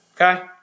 Okay